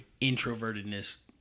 introvertedness